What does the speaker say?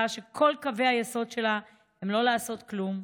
שכל קווי היסוד שלה הם לא לעשות כלום,